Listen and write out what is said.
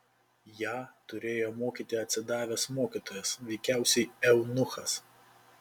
ją turėjo mokyti atsidavęs mokytojas veikiausiai eunuchas